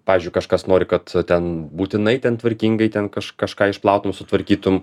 pavyzdžiui kažkas nori kad ten būtinai ten tvarkingai ten kaž kažką išplautum sutvarkytum